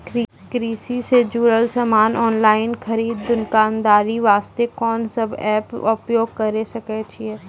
कृषि से जुड़ल समान ऑनलाइन खरीद दुकानदारी वास्ते कोंन सब एप्प उपयोग करें सकय छियै?